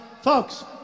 Folks